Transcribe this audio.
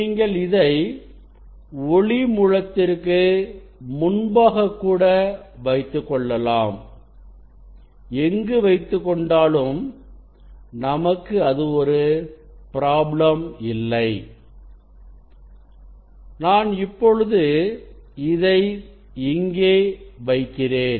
நீங்கள் இதை ஒளி மூலத்திற்கு முன்பாக கூட வைத்துக்கொள்ளலாம் எங்கு வைத்துக்கொண்டாலும் நமக்கு அது ஒரு பிராப்ளம் இல்லை நான் இப்பொழுது இதை இங்கே வைக்கிறேன்